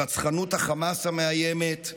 רצחנות החמאס המאיימת,